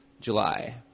July